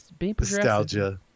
Nostalgia